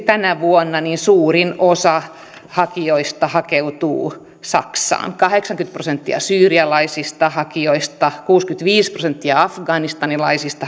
tänä vuonna suurin osa hakijoista hakeutuu saksaan kahdeksankymmentä prosenttia syyrialaisista hakijoista kuusikymmentäviisi prosenttia afganistanilaisista